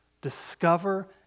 discover